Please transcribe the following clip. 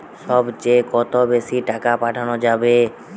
সব চেয়ে কত বেশি টাকা পাঠানো যাবে?